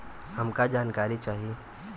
हमका जानकारी चाही?